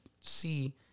see